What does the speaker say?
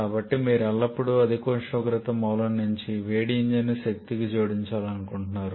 కాబట్టి మీరు ఎల్లప్పుడూ అధిక ఉష్ణోగ్రత మూలం నుండి వేడి ఇంజిన్కు శక్తిని జోడించాలనుకుంటున్నారు